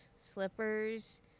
slippers